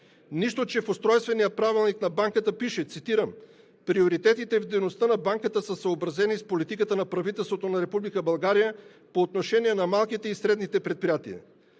Нищо, че в Устройствения правилник на Банката пише, цитирам: „Приоритетите в дейността на Банката са съобразени с политиката на правителството на Република България по отношение на малките и средните предприятия.“